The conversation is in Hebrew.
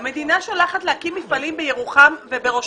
המדינה שולחת להקים מפעלים בירוחם ובראש